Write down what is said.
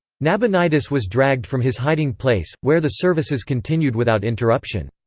nabonidus was dragged from his hiding place, where the services continued without interruption.